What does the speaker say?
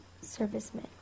Servicemen